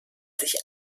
sich